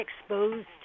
exposed